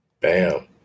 Bam